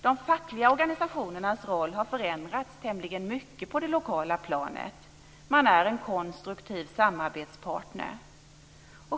De fackliga organisationernas roll har förändrats tämligen mycket på det lokala planet. Man är en konstruktiv samarbetspartner.